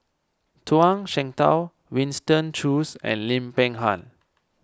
Zhuang Shengtao Winston Choos and Lim Peng Han